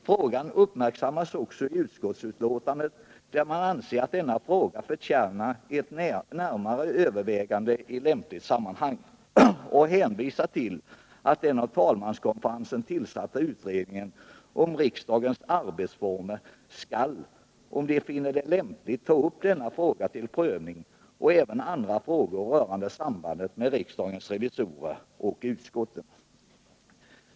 Frågan uppmärksammas också i utskottsbetänkandet, där det anförs att denna fråga förtjänar ett närmare övervägande i lämpligt sammanhang. Man hänvisar till att den av talmanskonferensen tillsatta utredningen om riksdagens arbetsformer, om den finner det lämpligt, skall ta upp denna fråga till prövning — och även andra frågor rörande sambandet med riksdagens revisorer och utskotten.